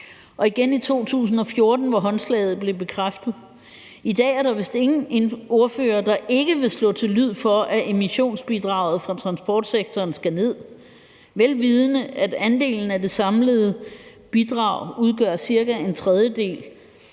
til 2014, hvor håndslaget blev bekræftet. I dag er der vist ingen ordførere, der ikke vil slå til lyd for, at emissionsbidraget fra transportsektoren skal ned, vel vidende at andelen af det samlede bidrag udgør cirka en tredjedel